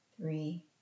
three